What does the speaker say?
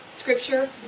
Scripture